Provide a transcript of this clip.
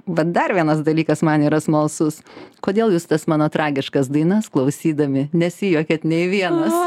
vat dar vienas dalykas man yra smalsus kodėl jūs tas mano tragiškas dainas klausydami nesijuokiat nei vienas